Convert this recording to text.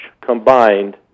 combined